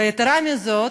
ויתרה מזאת,